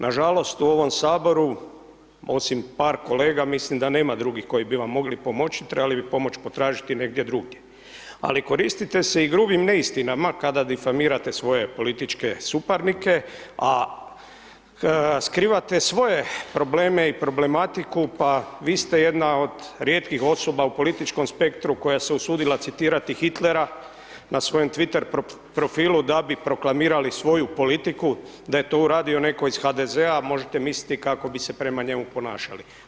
Nažalost u ovom Saboru, osim par kolega mislim da nema drugih koji bi vam mogli pomoći, trebali bi pomoć potražiti negdje drugdje, ali koristite se i grubim neistinama kada difamirate svoje političke suparnike, a skrivate svoje probleme i problematiku, pa vi ste jedna od rijetkih osoba u političkom spektru koja se usudila citirati Hitlera na svojem Twitter profilu da bi proklamirali svoju politiku, da je to uradio netko iz HDZ-a, možete misliti kako bi se prema njemu ponašali.